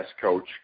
coach